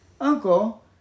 Uncle